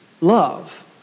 love